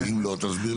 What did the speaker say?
ואם לא, תסביר לי למה.